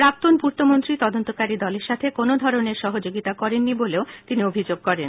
প্রাক্তন পূর্ত মন্ত্রী তদন্তকারী দলের সাথে কোন ধরনের সহযোগিতা করেনি বলেও তিনি অভিযোগ করেন